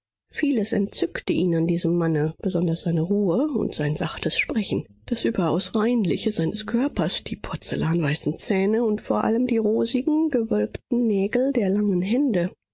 vieles entzückte ihn an diesem manne besonders seine ruhe und sein sachtes sprechen das überaus reinliche seines körpers die porzellanweißen zähne und vor allem die rosigen gewölbten nägel der langen hände